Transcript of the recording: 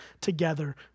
together